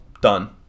Done